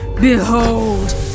Behold